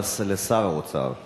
אלא לשר האוצר.